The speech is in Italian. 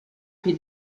più